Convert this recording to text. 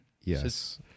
Yes